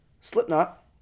Slipknot